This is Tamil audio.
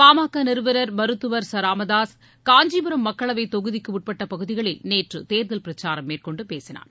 பா ம க நிறுவனர் மருத்துவர் ச ராமதாசு காஞ்சிபுரம் மக்களவை தொகுதிக்குட்பட்ட பகுதிகளில் நேற்று தேர்தல் பிரச்சாரம் மேற்கொண்டு பேசினார்